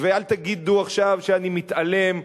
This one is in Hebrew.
ואל תגידו עכשיו שאני מתעלם,